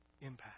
impact